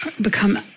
become